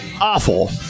Awful